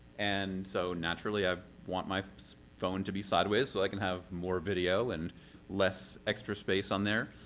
and so naturally i want my phone to be sideways, so i can have more video, and less extra space on there.